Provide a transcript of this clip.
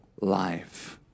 life